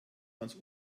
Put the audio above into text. ans